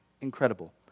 Incredible